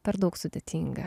per daug sudėtinga